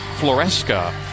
Floresca